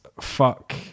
fuck